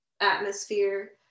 atmosphere